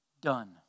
Done